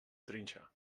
trinxar